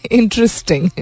interesting